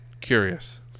curious